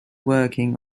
working